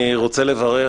אני רוצה לברך,